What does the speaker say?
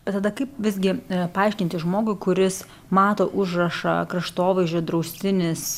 bet tada kaip visgi yra paaiškinti žmogui kuris mato užrašą kraštovaizdžio draustinis